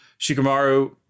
Shikamaru